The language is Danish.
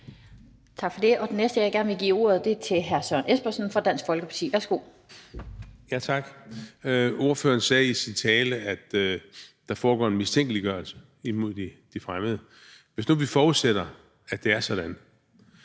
Tak for det, og den næste, jeg gerne vil give ordet, er hr. Søren Espersen fra Dansk Folkeparti. Værsgo. Kl. 13:09 Søren Espersen (DF): Tak. Ordføreren sagde i sin tale, at der foregår en mistænkeliggørelse af de fremmede. Hvis nu vi forudsætter, at det er sådan,